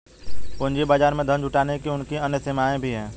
पूंजी बाजार में धन जुटाने की उनकी अन्य सीमाएँ भी हैं